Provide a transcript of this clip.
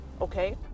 okay